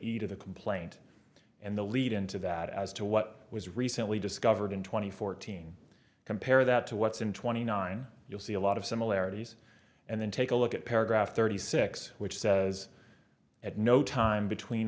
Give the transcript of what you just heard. the complaint and the lead in to that as to what was recently discovered in two thousand and fourteen compare that to what's in twenty nine you'll see a lot of similarities and then take a look at paragraph thirty six which says at no time between